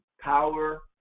power